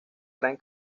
gran